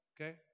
okay